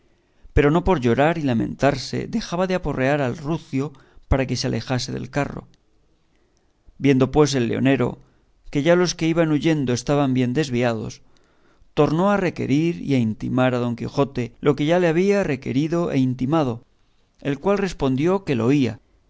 pero no por llorar y lamentarse dejaba de aporrear al rucio para que se alejase del carro viendo pues el leonero que ya los que iban huyendo estaban bien desviados tornó a requerir y a intimar a don quijote lo que ya le había requerido e intimado el cual respondió que lo oía